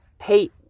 hate